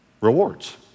rewards